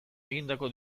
egindako